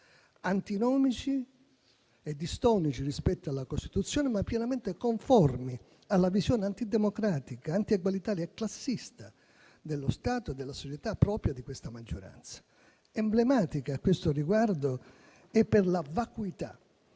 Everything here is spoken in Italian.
antinomici e distonici rispetto alla Costituzione, ma pienamente conformi alla visione antidemocratica, antiegualitaria e classista dello Stato e della società propria di questa maggioranza. Emblematica, a questo riguardo, sia per la vacuità